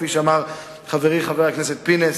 כפי שאמר חברי חברי הכנסת פינס,